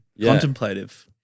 Contemplative